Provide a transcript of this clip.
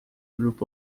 group